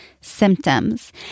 symptoms